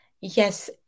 yes